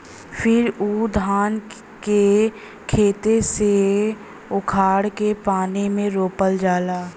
फिर उ धान के खेते से उखाड़ के पानी में रोपल जाला